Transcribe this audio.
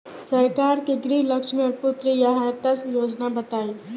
सरकार के गृहलक्ष्मी और पुत्री यहायता योजना बताईं?